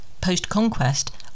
Post-conquest